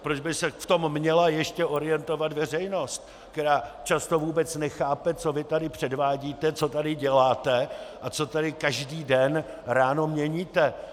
Proč by se v tom měla ještě orientovat veřejnost, která často vůbec nechápe, co vy tady předvádíte, co tady děláte a co tady každý den ráno měníte?